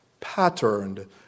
patterned